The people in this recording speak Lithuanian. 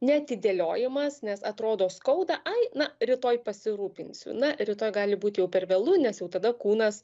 neatidėliojimas nes atrodo skauda ai na rytoj pasirūpinsiu na rytoj gali būt jau per vėlu nes jau tada kūnas